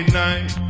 night